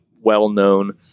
well-known